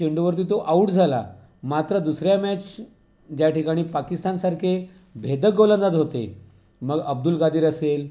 चेंडूवरती तो आउट झाला मात्र दुसऱ्या मॅच ज्या ठिकाणी पाकिस्तानसारखे भेदक गोलंदाज होते मग अब्दुल कादीर असेल